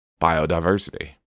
biodiversity